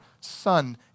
Son